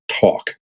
talk